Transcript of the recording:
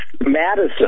Madison